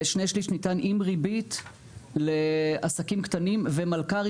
ושני שליש ניתן עם ריבית לעסקים קטנים ומלכ"רים